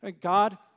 God